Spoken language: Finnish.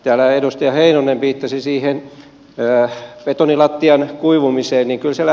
täällä edustaja heinonen viittasi siihen betonilattian kuivumiseen